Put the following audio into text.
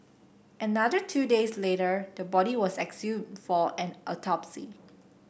another two days later the body was exhumed for an autopsy